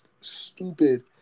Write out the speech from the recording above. stupid